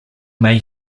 may